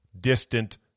distant